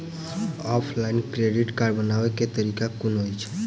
Offline credit card बनाबै केँ तरीका केँ कुन अछि?